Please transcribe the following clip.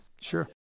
Sure